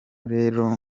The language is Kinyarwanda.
rero